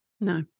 No